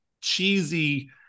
cheesy